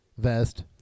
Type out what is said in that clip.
vest